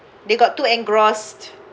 they got too engrossed